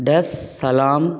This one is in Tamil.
டஸ் சலாம்